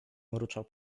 mruczał